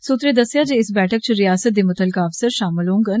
सूत्रें दस्सेआ जे इस बैठक च रियास्त दे मुत्तलका अफसर शामल होंगन